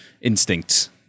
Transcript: instincts